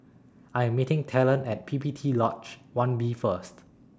I Am meeting Talon At P P T Lodge one B First